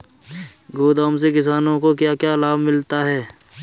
गोदाम से किसानों को क्या क्या लाभ मिलता है?